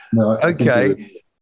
Okay